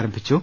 ആരംഭിച്ചു